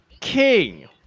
King